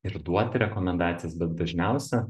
ir duoti rekomendacijas bet dažniausia